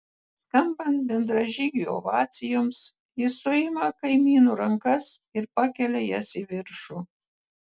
skambant bendražygių ovacijoms jis suima kaimynų rankas ir pakelia jas į viršų